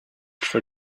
for